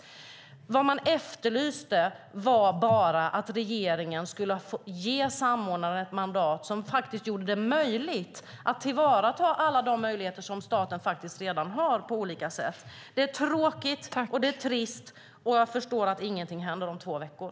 Vad man efterlyste var bara att regeringen skulle ge samordnaren ett mandat som faktiskt gjorde det möjligt att tillvarata alla de möjligheter staten faktiskt redan har på olika sätt. Det är tråkigt, det är trist och jag förstår att ingenting händer om två veckor.